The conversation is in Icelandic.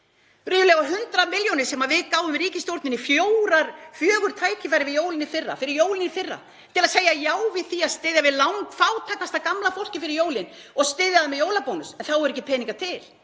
Ríflega 100 milljónir þar sem við gáfum ríkisstjórninni fjögur tækifæri fyrir jólin í fyrra til að segja já við því að styðja við langfátækasta gamla fólkið fyrir jólin og styðja það með jólabónus en þá voru ekki peningar til.